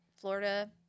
Florida